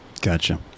Gotcha